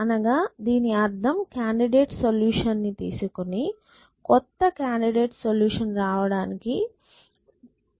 అనగా దీని అర్థం కాండిడేట్ సొల్యూషన్ ని తీసుకుని కొత్త కాండిడేట్ సొల్యూషన్ రావడానికి పేర్చుర్బషన్ చేస్తాం